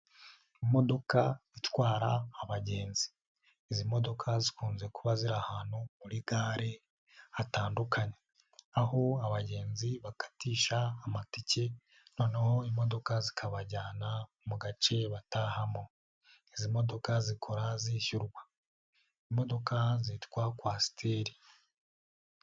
Imodoka itwara abagenzi, izi modoka zikunze kuba ziri ahantu muri gare hatandukanye, aho abagenzi bakatisha amatike noneho imodoka zikabajyana mu gace batahamo, izi modoka zikora zishyurwa, izi imodoka zitwa kwasiteri.